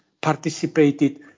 participated